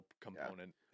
component